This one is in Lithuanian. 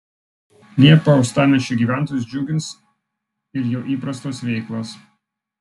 liepą uostamiesčio gyventojus džiugins ir jau įprastos veiklos